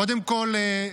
קודם כול,